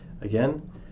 again